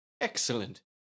excellent